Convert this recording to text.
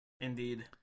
Indeed